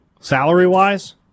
salary-wise